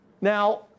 Now